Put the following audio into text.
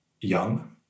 young